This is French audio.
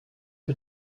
peu